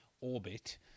orbit